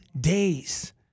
days